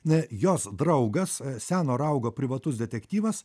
ne jos draugas seno raugo privatus detektyvas